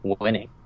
winning